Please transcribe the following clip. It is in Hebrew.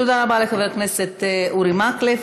תודה רבה לחבר הכנסת אורי מקלב.